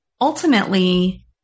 ultimately